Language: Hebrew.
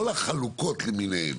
כל החלוקות למיניהן,